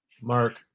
Mark